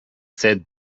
said